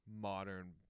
modern